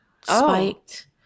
spiked